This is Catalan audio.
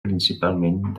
principalment